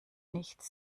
nichts